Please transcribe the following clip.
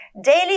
Daily